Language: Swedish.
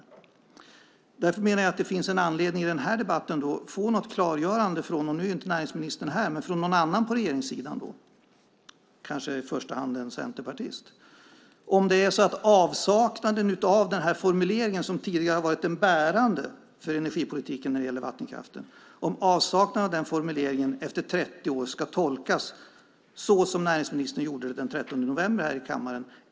Nu är ju inte näringsministern här, men det finns anledning att i den här debatten få ett klargörande av någon på regeringssidan, kanske i första hand en centerpartist, om avsaknaden, efter 30 år, av den formulering som tidigare har varit den bärande för energipolitiken när det gäller vattenkraften ska tolkas som näringsministern gjorde den 13 november här i kammaren.